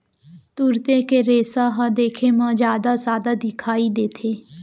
तुरते के रेसा ह देखे म जादा सादा दिखई देथे